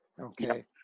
Okay